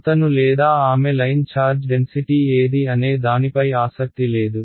అతను లేదా ఆమె లైన్ ఛార్జ్ డెన్సిటీ ఏది అనే దానిపై ఆసక్తి లేదు